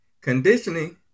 Conditioning